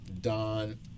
Don